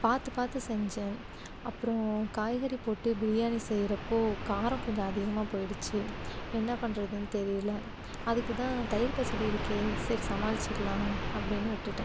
பார்த்து பார்த்து செஞ்சேன் அப்புறோம் காய்கறி போட்டு பிரியாணி செய்யறப்போ காரம் கொஞ்சம் அதிகமாக போயிடுச்சு என்ன பண்ணுறதுன்னு தெரியலை அதுக்கு தான் தயிர் பச்சடி இருக்கே சரி சமாளித்துக்குலாம் அப்படின்னு விட்டுவிட்டேன்